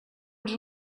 els